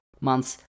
months